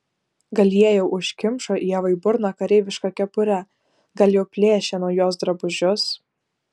gal jie jau užkimšo ievai burną kareiviška kepure gal jau plėšia nuo jos drabužius